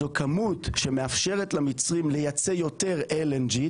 זו כמות שמאפשרת למצרים לייצא יותר LNG,